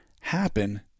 happen